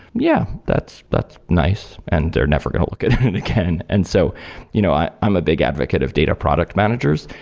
yeah, that's that's nice. and they're never going to look at it again. and so you know i'm a big advocate of data product managers,